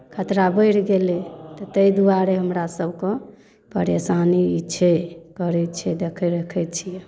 खतरा बढ़ि गेलै तऽ ताहि दुआरे हमरा सभके परेशानी छै करै छै देखै रखै छियै